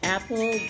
Apple